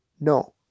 no